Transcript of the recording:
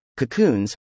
cocoons